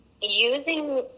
using